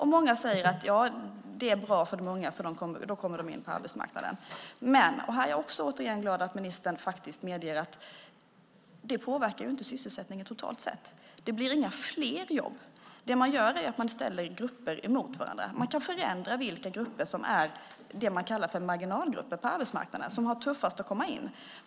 Många säger att det är bra för de unga, för då kommer de in på arbetsmarknaden. Här är jag återigen glad att ministern medger att det inte påverkar sysselsättningen totalt sett. Det blir inga fler jobb. Det man gör är att man ställer grupper mot varandra. Man kan förändra vilka grupper som är det man kallar för marginalgrupper på arbetsmarknaden, de som har tuffast att komma in.